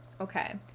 okay